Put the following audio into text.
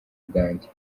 bwanjye